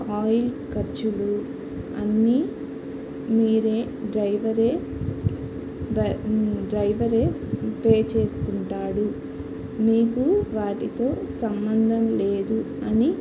oil ఖర్చులు అన్నీ మీరే డ్రైవర్ డ్రైవర్ పే చేసుకుంటాడు మీకు వాటితో సంబంధం లేదు అని